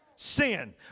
Sin